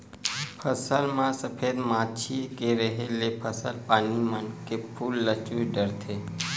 फसल म सफेद मांछी के रेहे ले फसल पानी मन के फूल ल चूस डरथे